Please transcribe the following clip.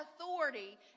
authority